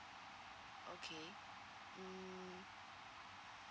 okay hmm